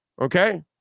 Okay